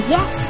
Yes